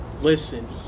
Listen